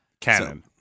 Canon